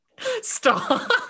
Stop